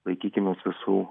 laikykimės visų